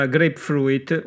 Grapefruit